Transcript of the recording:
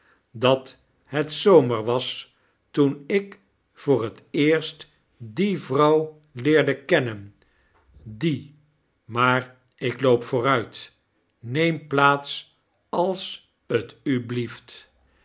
dat het zomer was toen ik voor het eerst die v r o u w leerde kennen die maar ik loopvooruit neera plaats als t u blieft